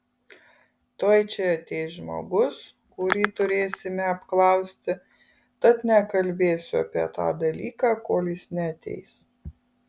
tuoj čia ateis žmogus kurį turėsime apklausti tad nekalbėsiu apie tą dalyką kol jis neateis